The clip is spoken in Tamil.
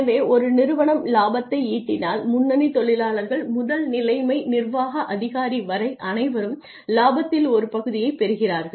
எனவே ஒரு நிறுவனம் லாபத்தை ஈட்டினால் முன்னணி தொழிலாளர்கள் முதல் தலைமை நிர்வாக அதிகாரி வரை அனைவரும் லாபத்தில் ஒரு பகுதியைப் பெறுகிறார்கள்